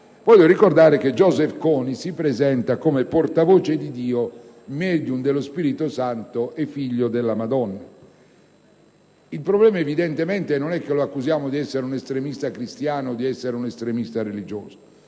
vorrei ricordare che quest'ultimo si presenta come il portavoce di Dio, *medium* dello Spirito Santo e figlio della Madonna. Il problema non è evidentemente che lo si accusa di essere un estremista cristiano o di essere un estremista religioso.